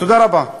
תודה רבה.